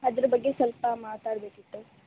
ಅದ್ರ ಬಗ್ಗೆ ಸ್ವಲ್ಪ ಮಾತಾಡಬೇಕಿತ್ತು